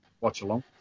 watch-along